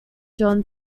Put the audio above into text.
john